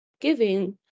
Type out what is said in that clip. giving